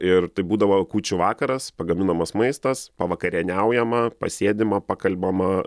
ir tai būdavo kūčių vakaras pagaminamas maistas pavakarieniaujama pasėdima pakalbama